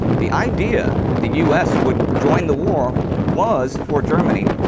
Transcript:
the idea that the us would join the war was, for germany,